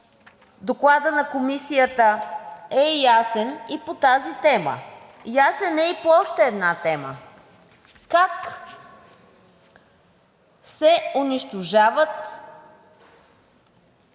Докладът на Комисията е ясен и по тази тема. Ясен е и по още една тема – как се унищожават